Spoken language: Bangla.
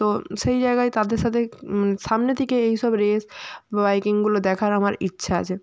তো সেই জায়গায় তাদের সাথে সামনে থেকে এইসব রেস বাইকিংগুলো দেখার আমার ইচ্ছা আছে